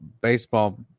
baseball